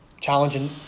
challenging